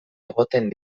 egoten